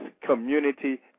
community